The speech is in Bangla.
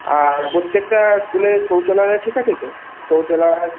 আর প্রত্যেকটা স্কুলের শৌচালয়টা ঠিক আছে তো শৌচালয়